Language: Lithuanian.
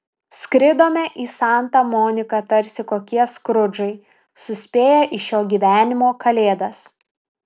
skridome į santa moniką tarsi kokie skrudžai suspėję į šio gyvenimo kalėdas